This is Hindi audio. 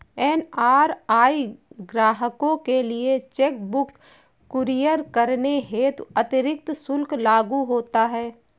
एन.आर.आई ग्राहकों के लिए चेक बुक कुरियर करने हेतु अतिरिक्त शुल्क लागू होता है